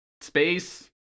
space